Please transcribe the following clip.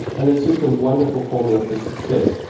and it's just a wonderful formula for success.